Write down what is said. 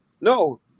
No